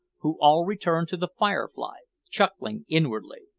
who all returned to the firefly, chuckling inwardly.